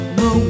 no